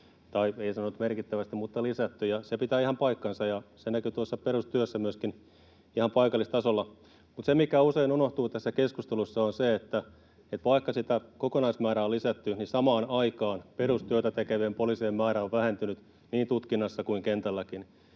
tai ei sanonut ”merkittävästi” mutta ”lisätty”. Se pitää ihan paikkansa, ja se näkyy perustyössä myöskin ihan paikallistasolla. Mutta se, mikä usein unohtuu tässä keskustelussa, on se, että vaikka kokonaismäärää on lisätty, niin samaan aikaan perustyötä tekevien poliisien määrä on vähentynyt niin tutkinnassa kuin kentälläkin.